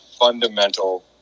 fundamental